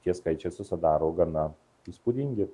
tie skaičiai susidaro gana įspūdingi